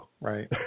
right